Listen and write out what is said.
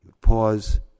pause